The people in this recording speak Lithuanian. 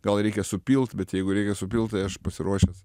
gal reikia supilt bet jeigu reikia supilt tai aš pasiruošęs